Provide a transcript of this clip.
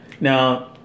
Now